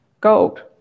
gold